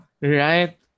right